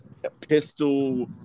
pistol